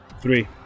three